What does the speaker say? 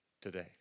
today